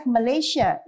Malaysia